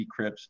decrypts